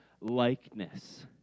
likeness